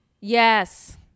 Yes